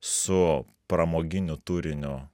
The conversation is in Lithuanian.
su pramoginiu turiniu